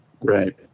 Right